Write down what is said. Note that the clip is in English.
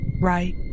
right